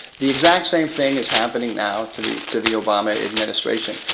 the exactsame thing is happening now to the to the obama administration.